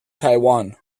taiwan